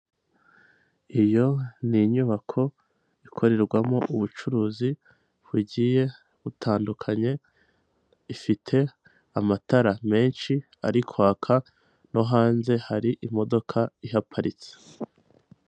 Iyo ni inyubako ikorerwamo ubucuruzi bugiye butandukanye, ifite amatara menshi ari kwaka no hanze hari imodoka iparitse.